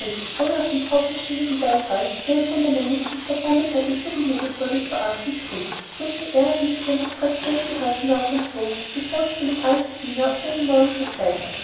auf den tausendstimmigen beifall der ihm von der menge die sich versammelt hatte zugejubelt wurde zu achten zurück grüßte ehrerbietig an des präsidenten haus hinauf und zog gefolgt von dem alten diener auf seinem morgenritt weiter